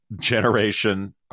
generation